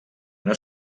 una